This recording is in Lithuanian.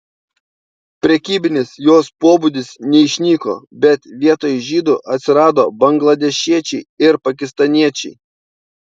prekybinis jos pobūdis neišnyko bet vietoj žydų atsirado bangladešiečiai ir pakistaniečiai